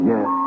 Yes